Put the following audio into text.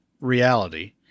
reality